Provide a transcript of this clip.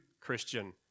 Christian